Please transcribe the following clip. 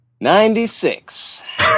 ninety-six